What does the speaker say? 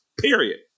Period